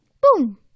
Boom